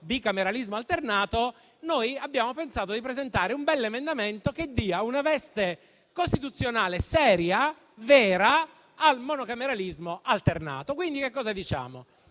monocameralismo alternato, noi abbiamo pensato di presentare un emendamento che dia una veste costituzionale, seria, vera al monocameralismo alternato.